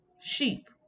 sheep